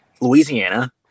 louisiana